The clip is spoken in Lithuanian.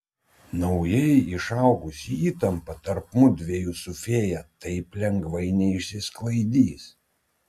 naujai išaugusi įtampa tarp mudviejų su fėja taip lengvai neišsisklaidys